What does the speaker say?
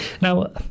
Now